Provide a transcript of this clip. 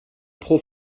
pro